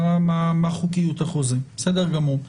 בסדר גמור.